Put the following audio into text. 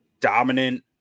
dominant